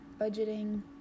budgeting